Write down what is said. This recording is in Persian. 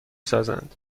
سازند